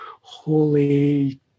holy